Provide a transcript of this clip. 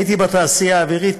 הייתי בתעשייה האווירית,